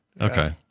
Okay